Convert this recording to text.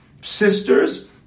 sisters